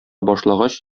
башлагач